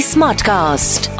Smartcast